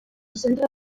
centre